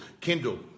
Kindle